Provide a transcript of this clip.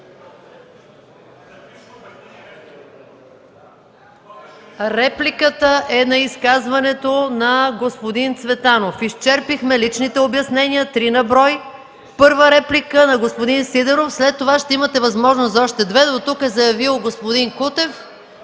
Репликата е на изказването на господин Цветанов. Изчерпахме личните обяснения – три на брой. Първа реплика – на господин Сидеров, след това ще имате възможност за още две. Дотук са заявили господин Кутев